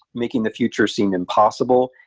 making the future seem impossible,